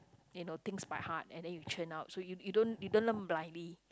you know things by heart and then you churn out so you you don't you don't learn blindly